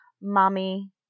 Mommy